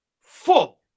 full